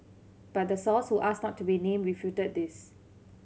but the source who asked not to be named refuted this